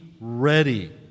ready